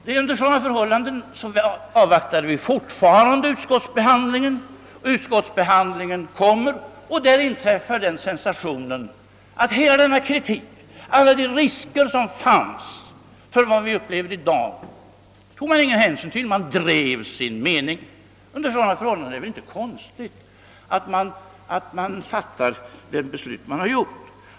Så kommer utskottsbehandlingen och då inträffar den situationen att dubbelpartiernas representanter där inte tar någon hänsyn till hela denna kritik, allt detta tal om de risker som fanns att få uppleva vad vi har upplevt i dag. Man driver bara hårt sin egen mening. Under sådana förhållanden är det väl inte konstigt att vi från regeringssidan fattar ett sådant beslut som vi gjort.